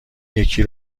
یکی